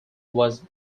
was